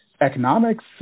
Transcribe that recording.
economics